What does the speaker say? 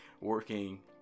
working